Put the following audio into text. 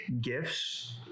gifts